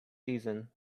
season